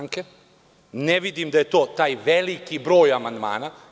Ne vidim da je to taj veliki broj amandmana.